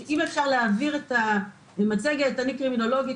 אני קרימינולוגית,